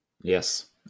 Yes